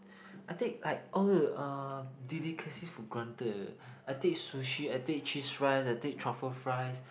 I take like all uh delicacies for granted I take sushi I take cheese fries I take truffle fries